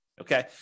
Okay